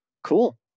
Cool